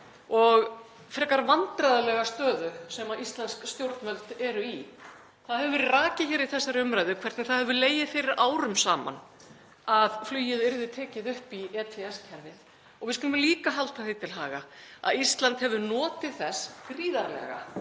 og frekar vandræðalega stöðu sem íslensk stjórnvöld eru í. Það hefur verið rakið hér í þessari umræðu hvernig það hefur legið fyrir árum saman að flugið yrði tekið upp í ETS-kerfið. Við skulum líka halda því til haga að Ísland hefur notið þess gríðarlega